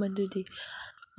ꯃꯗꯨꯗꯤ